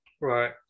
right